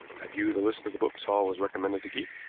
have you the list of the books hall was recommended to keep?